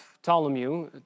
Ptolemy